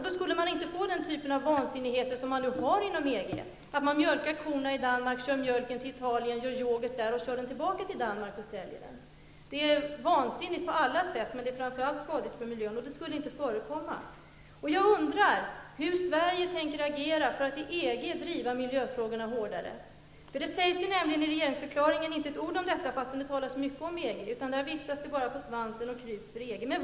Då skulle man inte få den typen av vansinnigheter som man nu har inom EG. Man mjölkar korna i Danmark, kör mjölken till Italien, gör youghurt där och kör den tillbaka till Danmark för försäljning. Det är vansinnigt på alla sätt, men det är framför allt skadligt för miljön. Det skulle inte förekomma. driva miljöfrågorna hårdare. Det sägs i regeringsförklaringen nämligen inte ett ord om detta, fastän det talas mycket om EG. Där viftas det bara på svansen och kryps för EG.